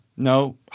No